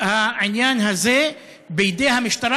העניין הזה בידי המשטרה,